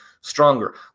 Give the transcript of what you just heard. stronger